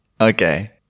Okay